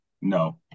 No